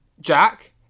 Jack